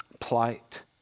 plight